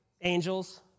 Angels